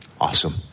Awesome